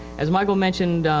as michael mentioned,